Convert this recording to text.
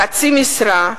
בחצי משרה,